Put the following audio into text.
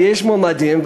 ויש מועמדים,